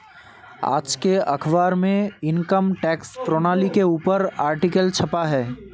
आज के अखबार में इनकम टैक्स प्रणाली के ऊपर आर्टिकल छपा है